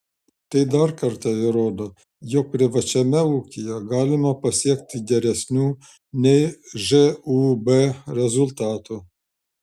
tai dar kartą įrodo jog privačiame ūkyje galima pasiekti geresnių nei žūb rezultatų